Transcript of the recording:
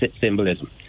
symbolism